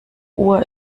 uhr